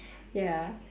ya